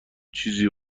چیزی